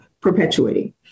perpetuating